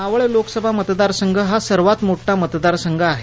मावळ लोकसभा मतदारसंघ हा सर्वात मोठा मतदारसंघ आहे